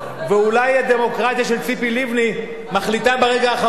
ואולי הדמוקרטיה של ציפי לבני מחליטה ברגע האחרון,